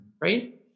Right